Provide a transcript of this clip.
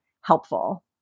helpful